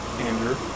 Andrew